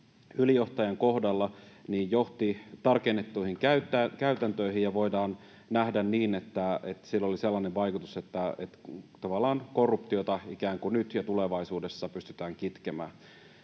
ylijohtajan kohdalla johti tarkennettuihin käytäntöihin, ja voidaan nähdä niin, että sillä oli sellainen vaikutus, että tavallaan korruptiota nyt ja tulevaisuudessa pystytään kitkemään.